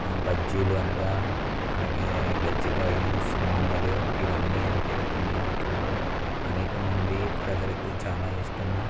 బజ్జిలు అనగా అలాగే కజ్జి కాయలు సున్నుండలు ఇవ్వన్ని అంటే పిండి వంటల్లో అనేక మంది ప్రజలకు చాలా ఇష్టము